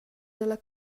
dalla